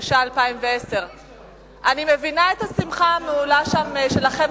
התש"ע 2010. אני מבינה את השמחה המהולה שם שלכם,